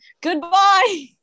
Goodbye